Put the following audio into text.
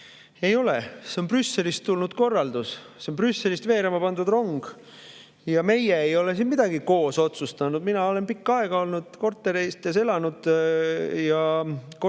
Ei ole! See on Brüsselist tulnud korraldus, see on Brüsselist veerema pandud rong. Meie ei ole siin midagi koos otsustanud. Mina olen pikka aega korterites elanud, korteriühistu